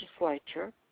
legislature